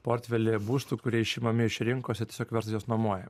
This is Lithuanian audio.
portfelį būstų kurie išimami iš rinkos ir tiesiog verslai juos nuomoja